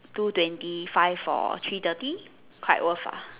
two twenty five for three thirty quite worth ah